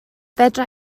fedra